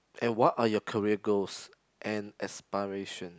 and what are your career goals and aspiration